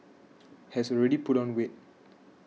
has already put on weight